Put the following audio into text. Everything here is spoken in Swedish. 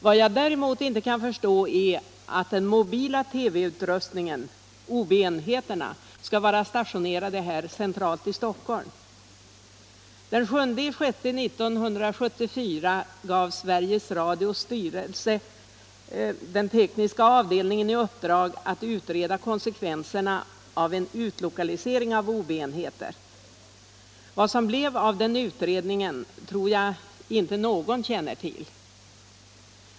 Vad jag däremot inte kan förstå är att den mobila TV-utrustningen, OB-enheterna, skall vara stationerad centralt här i Stockholm. Den 7 juni 1974 gav Sveriges Radios styrelse den tekniska avdelningen i uppdrag att utreda konsekvenserna vid utlokalisering av OB-enheter. Vad som blev av den utredningen tror jag inte någon känner till.